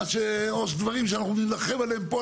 יש דברים שאנחנו נילחם עליהם פה,